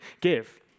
give